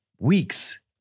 weeks